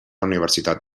universitat